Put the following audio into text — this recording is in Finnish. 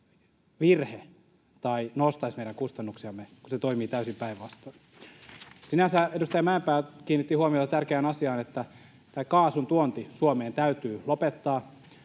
virhe tai nostaisi meidän kustannuksiamme, kun se toimii täysin päinvastoin. Sinänsä edustaja Mäenpää kiinnitti huomiota tärkeään asiaan, että kaasun tuonti Suomeen täytyy lopettaa,